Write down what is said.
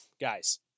guys